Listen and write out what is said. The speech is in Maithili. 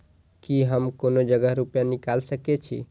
की हम कोनो जगह रूपया निकाल सके छी?